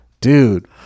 dude